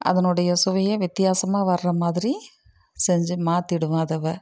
அதனுடைய சுவையை வித்தியாசமாக வர்ற மாதிரி செஞ்சு மாற்றிடுவேன் அதுவ